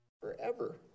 forever